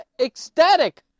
ecstatic